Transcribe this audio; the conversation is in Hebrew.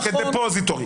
כ-depository.